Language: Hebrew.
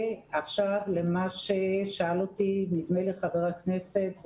עכשיו למה ששאל אותי ח"כ ווליד טאהא,